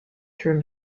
through